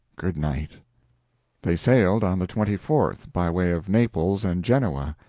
good night they sailed on the twenty fourth, by way of naples and genoa,